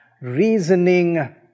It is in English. reasoning